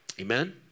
Amen